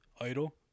idle